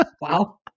Wow